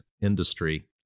industry